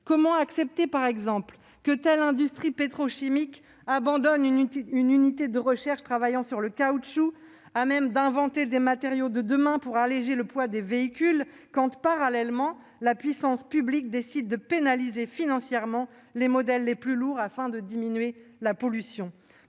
Comment accepter, par exemple, que telle industrie pétrochimique abandonne une unité de recherche travaillant sur le caoutchouc, laquelle était en mesure d'inventer les matériaux de demain permettant d'alléger le poids des véhicules, quand, parallèlement, la puissance publique décide de pénaliser financièrement les modèles les plus lourds afin de diminuer la pollution ?